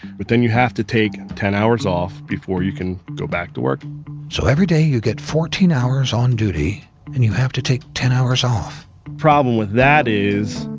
but then you have to take ten hours off before you can go back to work so every day you get fourteen hours on duty and you have to take ten hours off problem with that is,